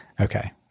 Okay